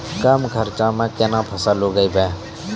कम खर्चा म केना फसल उगैबै?